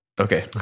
okay